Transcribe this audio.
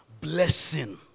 blessing